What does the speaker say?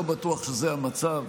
אני לא בטוח שזה המצב.